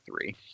three